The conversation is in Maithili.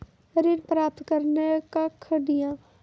ऋण प्राप्त करने कख नियम?